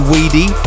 Weedy